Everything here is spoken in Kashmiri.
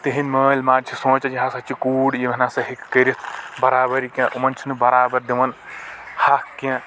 تِہنٛدۍ مألۍ ماجہِ چھ سوٗنٛچان یہِ ہسا چھ کوٗر یہِ نسا ہیٚکہِ کٔرِتھ برابری کیٚنٛہہ یِمن چھنہٕ برابر دِوان حق کیٚنٛہہ